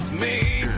me,